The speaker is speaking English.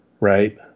right